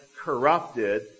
corrupted